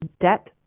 debt